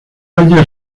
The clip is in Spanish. año